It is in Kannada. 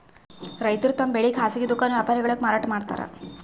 ರೈತರ್ ತಮ್ ಬೆಳಿ ಖಾಸಗಿ ದುಖಾನ್ ವ್ಯಾಪಾರಿಗೊಳಿಗ್ ಮಾರಾಟ್ ಮಾಡ್ತಾರ್